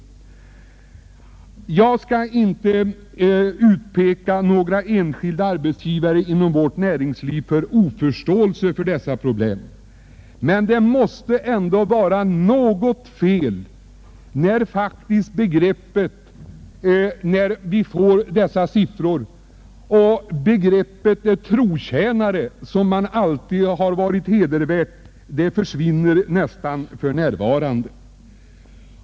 Varför sker det en ökning av antalet arbetslösa just i dessa åldersgrupper? Ja, jag skall inte här beskylla några enskilda arbetsgivare inom vårt näringsliv för oförståelse för dessa problem, men det måste ändå vara något fel när vi får sådana siffror och när begreppet trotjänare, som tidigare alltid har varit en hederstitel, nu nästan helt är försvunnet.